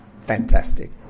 fantastic